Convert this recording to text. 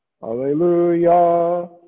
Hallelujah